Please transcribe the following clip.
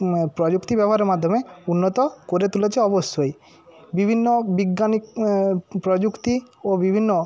প্রযুক্তি ব্যবহারের মাধ্যমে উন্নত করে তুলেছে অবশ্যই বিভিন্ন বৈজ্ঞানিক প্রযুক্তি ও বিভিন্ন